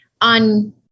on